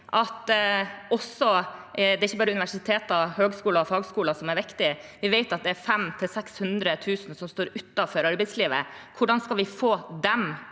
at det ikke bare er universiteter, høyskoler og fagskoler som er viktige. Vi vet at det er 500 000–600 000 som står utenfor arbeidslivet. Hvordan skal vi få dem